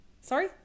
Sorry